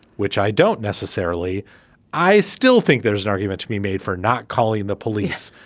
which i don't necessarily i still think there's an argument to be made for not calling the police,